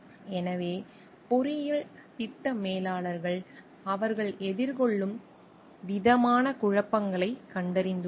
எனவே பொறியியல் திட்ட மேலாளர்கள் அவர்கள் எதிர்கொள்ளும் 7 விதமான குழப்பங்களை க் கண்டறிந்துள்ளனர்